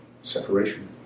separation